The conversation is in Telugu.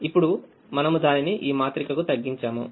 ఇప్పుడు మనము దానిని ఈమాత్రికకు తగ్గించాము